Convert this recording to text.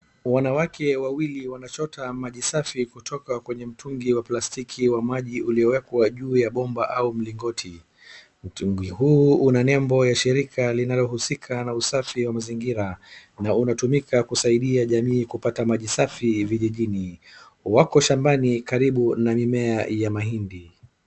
Wanawake wawili wanachota maji safi kutoka kwenye mtungi wa plastiki wa maji uliowekwa juu ya bomba au mlingoti. Mtungi huu una nembo ya shirika inayohuska na usafi wa mazingira, na umetumika kusaidia jamii kupata maji safi vijijini. Wako shambani karibu na mimea ya mahindi.